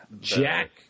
Jack